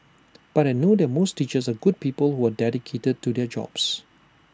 but I know that most teachers are good people who are dedicated to their jobs